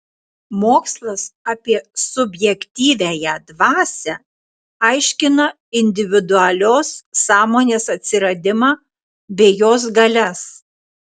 mokslas apie subjektyviąją dvasią aiškina individualios sąmonės atsiradimą bei jos galias